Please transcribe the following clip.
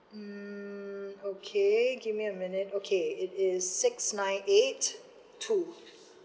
um okay give me a minute okay it is six nine eight two